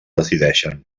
decideixen